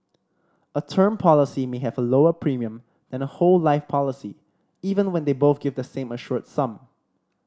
a term policy may have a lower premium than a whole life policy even when they both give the same assured sum